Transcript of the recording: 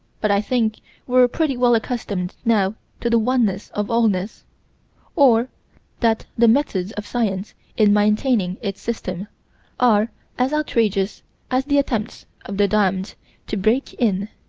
but i think we're pretty well accustomed now to the oneness of allness or that the methods of science in maintaining its system are as outrageous as the attempts of the damned to break in.